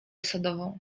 sodową